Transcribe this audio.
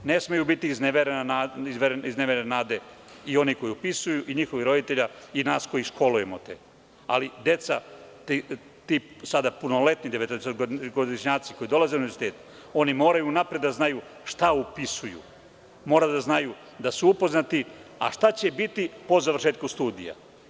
Ne smeju biti izneverene nade i onih koji upisuju i roditelja i nas koji ih školujemo ali deca, ti sada punoletni devetnaestogodišnjaci koji dolaze na univerzitet oni moraju unapred da znaju šta upisuju, moraju da budu upoznati, a šta će biti po završetku studija.